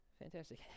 Fantastic